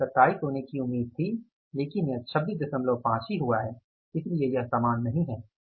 इसके 27 होने की उम्मीद थी लेकिन यह 265 हुआ है इसलिए यह समान नहीं है